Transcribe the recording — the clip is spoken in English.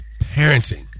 parenting